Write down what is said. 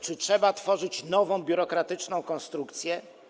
Czy trzeba tworzyć nową, biurokratyczną konstrukcję?